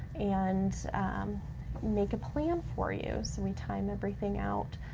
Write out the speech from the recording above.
and um make a plan for you. so we time everything out.